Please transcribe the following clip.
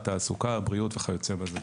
בריאות וכיוצא בזה.